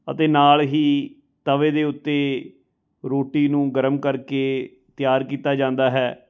ਅਤੇ ਨਾਲ ਹੀ ਤਵੇ ਦੇ ਉੱਤੇ ਰੋਟੀ ਨੂੰ ਗਰਮ ਕਰਕੇ ਤਿਆਰ ਕੀਤਾ ਜਾਂਦਾ ਹੈ